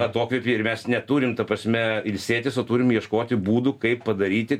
atokvėpį ir mes neturim ta prasme ilsėtis o turim ieškoti būdų kaip padaryti